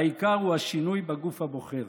והעיקר הוא השינוי בגוף הבוחר: